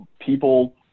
people